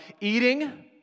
eating